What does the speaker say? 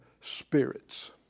Spirits